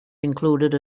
included